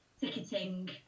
ticketing